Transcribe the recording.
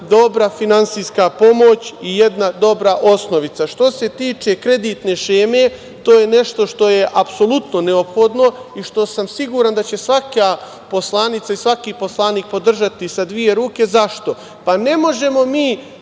dobra finansijska pomoć i jedna dobra osnovica. Što se tiče kreditne šeme, to je nešto što je apsolutno neophodno i što sam siguran da će svaka poslanica i svaki poslanik podržati sa dve ruke. Zašto? Ne možemo mi